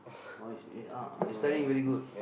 orh eh uh is studying very good